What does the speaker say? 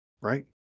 Right